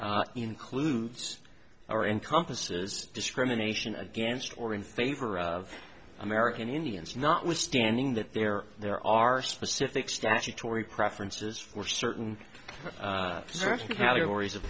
case includes or encompasses discrimination against or in favor of american indians notwithstanding that there there are specific statutory preferences for certain categories of